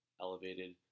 Elevated